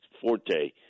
forte